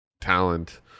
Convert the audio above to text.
talent